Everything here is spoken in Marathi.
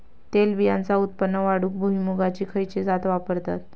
तेलबियांचा उत्पन्न वाढवूक भुईमूगाची खयची जात वापरतत?